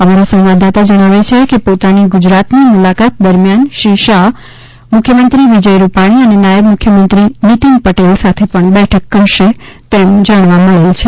અમારા સંવાદદાતા જણાવે છે કે પોતાની ગુજરાતની મુલાકાત દરમિયાન શ્રી શાહ મુખ્યમંત્રી વિજય રૂપાણી અને નાયબ મુખ્યમંત્રી નીતીન પટેલ સાથે પણ બેઠક કરશે તેમ જાણવા મળેલ છે